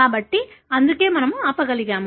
కాబట్టి అందుకే మనము ఆపగలిగాము